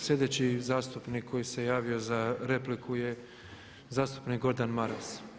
Sljedeći zastupnik koji se javio za repliku je zastupnik Gordan Maras.